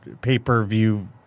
pay-per-view